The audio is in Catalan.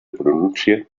pronuncie